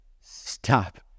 Stop